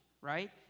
right